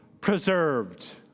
preserved